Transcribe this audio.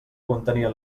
contenia